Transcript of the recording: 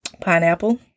Pineapple